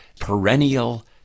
perennial